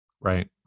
Right